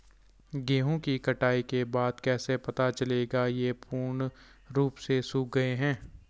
गेहूँ की कटाई के बाद कैसे पता चलेगा ये पूर्ण रूप से सूख गए हैं?